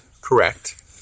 correct